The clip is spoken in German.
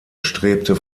strebte